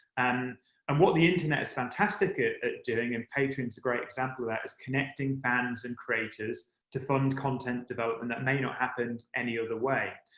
and and what the internet is fantastic at at doing, and patreon's a great example of that, is connecting fans and creators to fund content development that may not happen any other way.